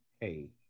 hey